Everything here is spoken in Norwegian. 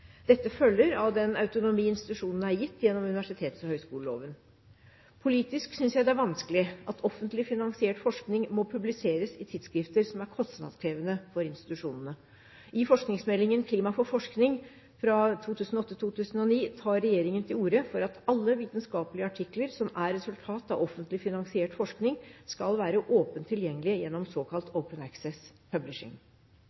Dette følger av den autonomi institusjonene er gitt gjennom universitets- og høyskoleloven. Politisk synes jeg det er vanskelig at offentlig finansiert forskning må publiseres i tidsskrifter som er kostnadskrevende for institusjonene. I forskningsmeldingen Klima for forskning for 2008–2009 tar regjeringen til orde for at alle vitenskapelige artikler som er resultat av offentlig finansiert forskning, skal være åpent tilgjengelige gjennom såkalt